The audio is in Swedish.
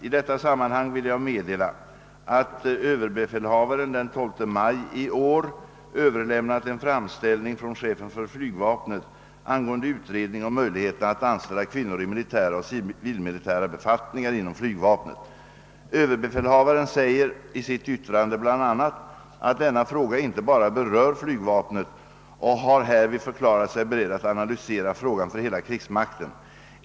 I detta sammanhang vill jag meddela att överbefälhavaren den 12 maj i år överlämnat en framställning från chefen för flygvapnet angående utredning om möjligheterna att anställa kvinnor i militära och civilmilitära befattningar inom flygvapnet. Överbefälhavaren säger i sitt yttrande bl.a. att denna fråga inte bara berör flygvapnet och har härvid förklarat sig beredd att analysera frågan för hela krigsmakten.